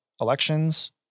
elections